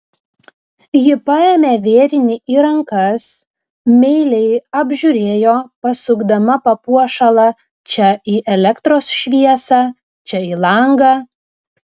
ji paėmė vėrinį į rankas meiliai apžiūrėjo pasukdama papuošalą čia į elektros šviesą čia į langą